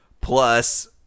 plus